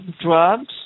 drugs